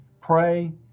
pray